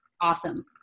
awesome